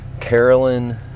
Carolyn